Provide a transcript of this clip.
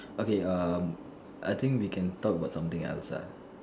okay um I think we can talk about something else ah